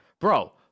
bro